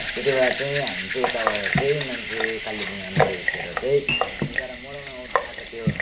त्यति बेला चाहिँ हामी चाहिँ उताबाट चाहिँ मान्छे कालिम्पोङमा मरेको थियो र चाहिँ हामी उताबाट मराउमा आएका थियौँ